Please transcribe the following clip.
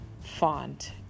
font